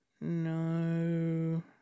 No